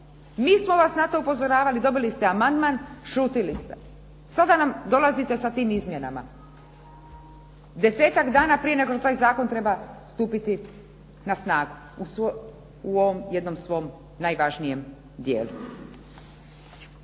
mi smo vas na to upozoravali, dobili ste amandman, šutili ste. Sada nam dolazite sa tim izmjenama, 10-ak dana prije nego što taj zakon treba stupiti na snagu u ovom jednom svom najvažnijem dijelu.